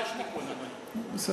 יוגש תיקון, אדוני.